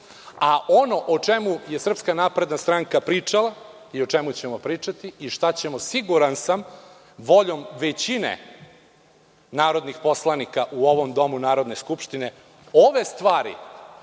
a ono o čemu je SNS pričala i o čemu ćemo pričati i šta ćemo, siguran sam, voljom većine narodnih poslanika u ovom Domu Narodne skupštine, ove stvari